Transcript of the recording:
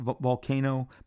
volcano